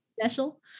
special